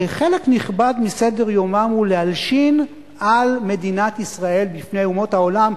שחלק נכבד מסדר-יומם הוא להלשין על מדינת ישראל בפני אומות העולם,